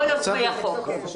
לא יוזמי החוק.